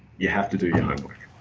you have to do your homework.